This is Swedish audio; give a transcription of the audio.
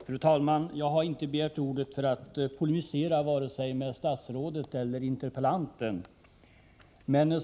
Fru talman! Jag har inte begärt ordet för att polemisera mot vare sig statsrådet eller interpellanten.